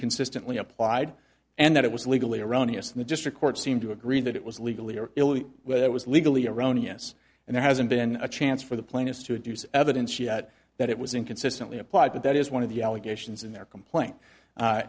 consistently applied and that it was legally erroneous and the district court seemed to agree that it was legally or illegally when it was legally erroneous and there hasn't been a chance for the plainest to reduce evidence yet that it was in consistently applied but that is one of the allegations in their complaint a